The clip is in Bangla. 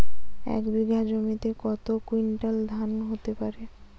এক বিঘা জমিতে কত কুইন্টাল ধান হতে পারে?